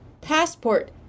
Passport